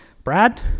Brad